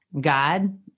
God